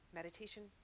meditation